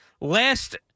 Last